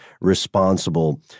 responsible